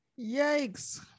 Yikes